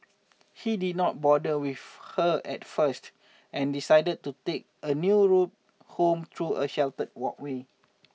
he did not bother with her at first and decided to take a new route home through a sheltered walkway